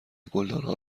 گلدانها